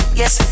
yes